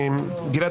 גלעד,